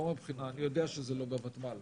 אני יודע שזה לא בוותמ"ל.